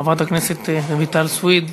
חברת הכנסת רויטל סויד,